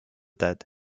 dead